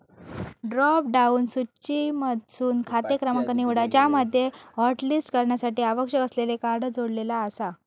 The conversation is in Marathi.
ड्रॉप डाउन सूचीमधसून खाते क्रमांक निवडा ज्यामध्ये हॉटलिस्ट करण्यासाठी आवश्यक असलेले कार्ड जोडलेला आसा